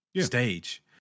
stage